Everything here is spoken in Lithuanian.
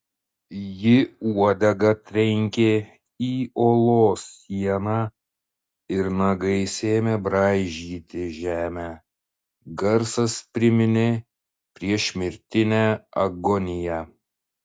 ji uodega trenkė į olos sieną ir nagais ėmė braižyti žemę garsas priminė priešmirtinę agoniją